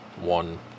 one